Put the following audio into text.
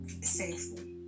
safely